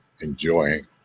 enjoying